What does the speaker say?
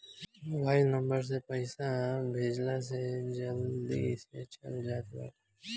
mobile number से पईसा भेजला से जल्दी से चल जात बाटे